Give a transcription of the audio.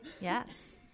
Yes